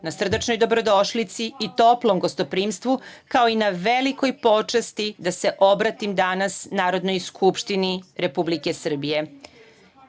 na srdačnoj dobrodošlici i toplom gostoprimstvu, kao i na velikoj počasti da se obratim danas Narodnoj skupštini Republike